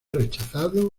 rechazado